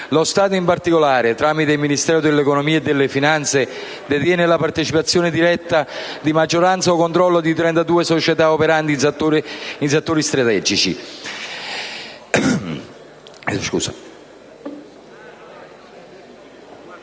Lo Stato in particolare, tramite il Ministero dell'economia e delle finanze, detiene la partecipazione diretta di maggioranza o controllo di 32 società operanti in settori strategici,